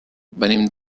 venim